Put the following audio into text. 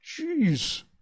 Jeez